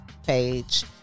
Page